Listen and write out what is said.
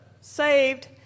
saved